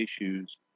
issues